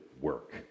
work